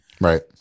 Right